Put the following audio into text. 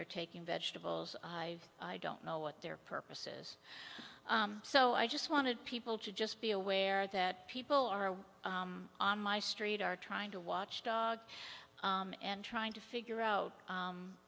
they're taking vegetables i don't know what their purposes so i just wanted people to just be aware that people are on my street are trying to watchdog and trying to figure out